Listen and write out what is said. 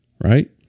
Right